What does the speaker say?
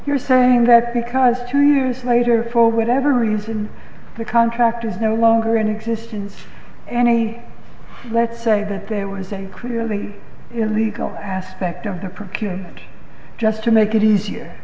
you're saying that because two years later for whatever reason the contract is no longer in existence any let's say that there was a clearly illegal aspect of the procurement just to make it easier